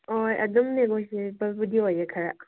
ꯍꯣꯏ ꯑꯗꯨꯝ ꯅꯦꯒꯣꯁ꯭ꯌꯦꯕꯜꯕꯨꯗꯤ ꯑꯣꯏꯌꯦ ꯈꯔ